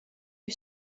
you